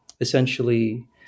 essentially